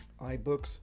iBooks